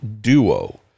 duo